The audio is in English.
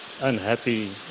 unhappy